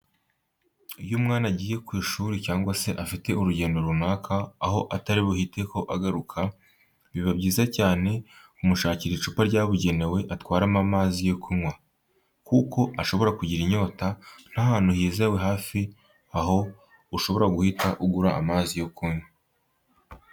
Iyo umwana agiye ku ishuri cyangwa se afite urugendo runaka aho atari buhite ko agaruka, biba byiza cyane kumushakira icupa ryabugenewe atwaramo amazi yo kunywa, kuko ashobora kugira inyota nta hantu hizewe hafi aho ushobora guhita ugura amazi yo kunywa.